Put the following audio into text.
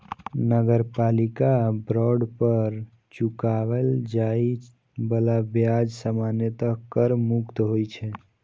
नगरपालिका बांड पर चुकाएल जाए बला ब्याज सामान्यतः कर मुक्त होइ छै